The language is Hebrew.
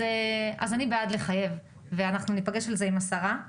אני בעד לחייב, ואנחנו ניפגש על זה עם השרה.